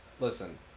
listen